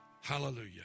Hallelujah